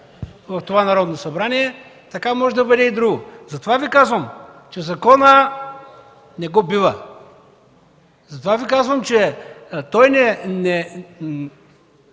в това Народно събрание, така може да бъде и в друго. Затова Ви казвам, че закона не го бива. Затова Ви казвам, че той не